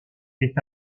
est